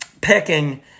picking